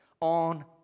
on